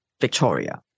victoria